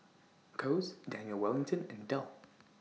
Kose Daniel Wellington and Dell